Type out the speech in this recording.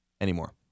anymore